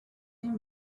same